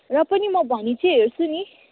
र पनि म भनी चाहिँ हेर्छु नि